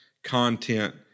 content